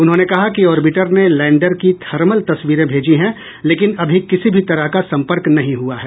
उन्होंने कहा कि ऑर्बिटर ने लैंडर की थर्मल तस्वीरें भेजी हैं लेकिन अभी किसी भी तरह का संपर्क नहीं हुआ है